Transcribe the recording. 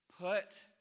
put